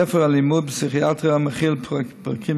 ספר הלימוד בפסיכיאטריה מכיל פרקים